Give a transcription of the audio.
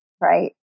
Right